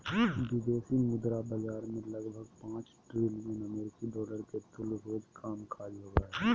विदेशी मुद्रा बाजार मे लगभग पांच ट्रिलियन अमेरिकी डॉलर के तुल्य रोज कामकाज होवो हय